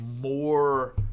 more